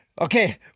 okay